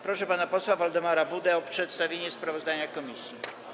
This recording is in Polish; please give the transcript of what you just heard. Proszę pana posła Waldemara Budę o przedstawienie sprawozdania komisji.